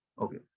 Okay